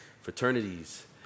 fraternities